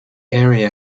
area